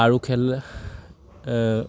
আৰু খেল